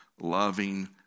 loving